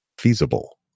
feasible